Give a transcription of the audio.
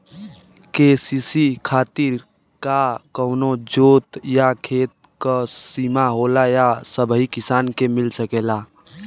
KCC खातिर का कवनो जोत या खेत क सिमा होला या सबही किसान के मिल सकेला?